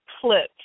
clips